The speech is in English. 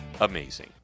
amazing